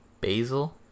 Basil